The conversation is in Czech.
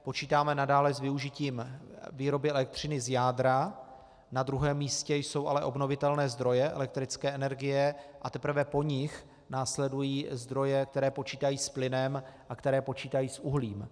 Počítáme nadále s využitím výroby elektřiny z jádra, na druhém místě jsou ale obnovitelné zdroje elektrické energie, a teprve po nich následují zdroje, které počítají s plynem a které počítají s uhlím.